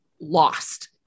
lost